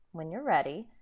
when you're ready,